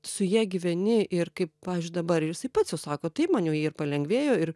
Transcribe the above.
su ja gyveni ir kaip pavyzdžiui dabar ir jisai pats jau sako taip man jau ji ir palengvėjo ir